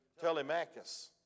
Telemachus